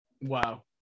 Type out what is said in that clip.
Wow